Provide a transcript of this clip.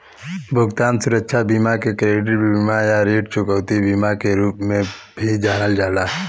भुगतान सुरक्षा बीमा के क्रेडिट बीमा या ऋण चुकौती बीमा के रूप में भी जानल जाला